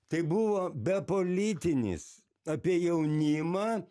tai buvo bepolitinis apie jaunimą